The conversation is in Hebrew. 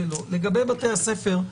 לגבי בתי הספר,